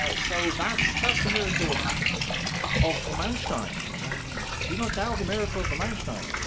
ah so that's that's the miracle of the manstein, and do not doubt the miracle of the manstein,